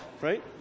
right